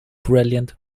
brilliant